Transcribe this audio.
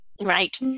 Right